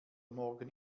morgen